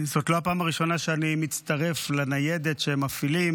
זאת לא הפעם הראשונה שאני מצטרף לניידת שהם מפעילים,